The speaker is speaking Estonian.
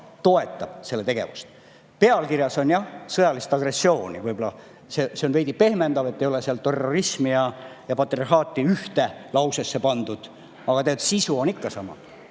toetab selle tegevust. Pealkirjas on jah "sõjalist agressiooni". Võib-olla on veidi pehmendav, et ei ole terrorismi ja patriarhaati ühte lausesse pandud, aga sisu on ikka sama.